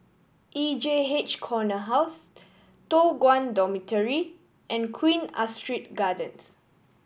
E J H Corner House Toh Guan Dormitory and Queen Astrid Gardens